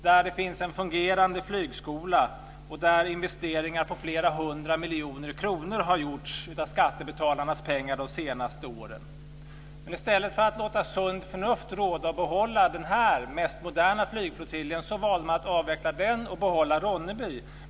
Det finns en fungerande flygskola, och investeringar på flera hundra miljoner kronor av skattebetalarnas pengar har gjorts här de senaste åren. Men i stället för att låta sunt förnuft råda och behålla den mest moderna flygflottiljen valde man att avveckla den och behålla Ronneby.